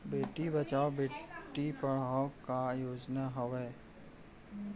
बेटी बचाओ बेटी पढ़ाओ का योजना हवे?